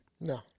No